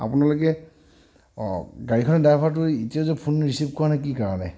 আপোনালোকে অঁ হয় গাড়ীখনৰ ড্ৰাইভাৰটোৱে এতিয়াযে ফোন ৰিচিভ কৰা নাই কি কাৰণে